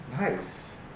Nice